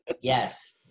Yes